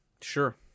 Sure